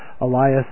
Elias